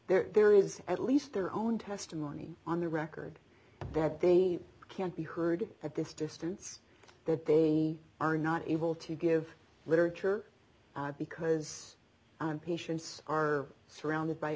plaintiffs there is at least their own testimony on the record that they can't be heard at this distance that they are not able to give literature because patients are surrounded by